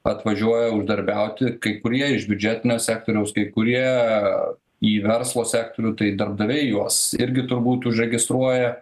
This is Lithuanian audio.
atvažiuoja uždarbiauti kai kurie iš biudžetinio sektoriaus kai kurie į verslo sektorių tai darbdaviai juos irgi turbūt užregistruoja